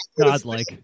godlike